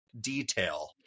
detail